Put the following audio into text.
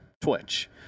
twitch